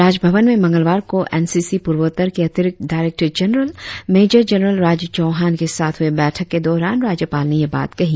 राजभवन में मंगलवार को एन सी सी पुर्वोत्तर के अतिरिक्त director general major general Raju Chauhan के साथ हुए बैठक के दौरान राज्यपाल ने यह बात कही